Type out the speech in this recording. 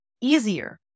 easier